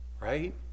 Right